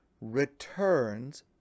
returns